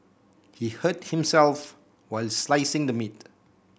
he hurt himself while slicing the meat